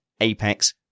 apex